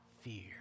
fear